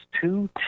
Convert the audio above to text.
two